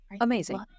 Amazing